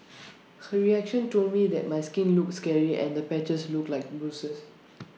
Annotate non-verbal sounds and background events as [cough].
[noise] her reaction told me that my skin looked scary and the patches looked like bruises